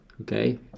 okay